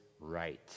right